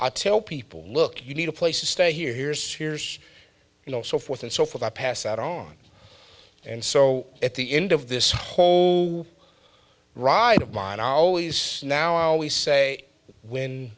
i tell people look you need a place to stay here here's here's you know so forth and so forth i pass out on and so at the end of this whole ride of mine always now i always say when